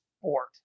sport